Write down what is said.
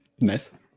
Nice